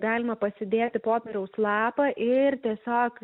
galima pasidėti popieriaus lapą ir tiesiog